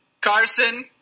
Carson